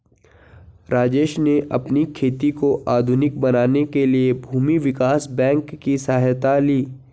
राजेश ने अपनी खेती को आधुनिक बनाने के लिए भूमि विकास बैंक की सहायता ली